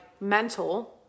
mental